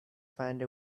find